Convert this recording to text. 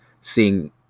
Seeing